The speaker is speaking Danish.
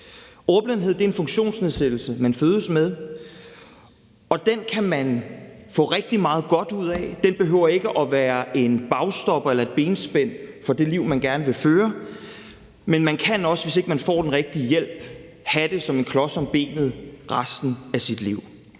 Ordblindhed er en funktionsnedsættelse, man fødes med, og den kan man få rigtig meget godt ud af. Det behøver ikke være en bagstopper eller et benspænd for det liv, man gerne vil føre, men man kan også, hvis ikke man får den rigtige hjælp, have det som en klods om benet resten af sit liv,